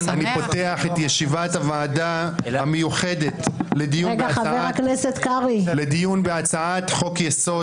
אני פותח את ישיבת הוועדה המיוחדת לדיון בהצעת חוק-יסוד: